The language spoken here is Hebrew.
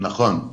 נכון.